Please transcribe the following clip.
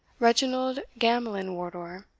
reginald gamelyn wardour.